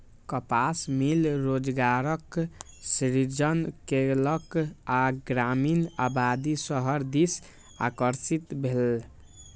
कपास मिल रोजगारक सृजन केलक आ ग्रामीण आबादी शहर दिस आकर्षित भेल